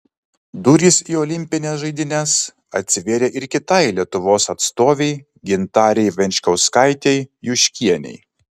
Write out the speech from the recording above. durys į olimpines žaidynes atsivėrė ir kitai lietuvos atstovei gintarei venčkauskaitei juškienei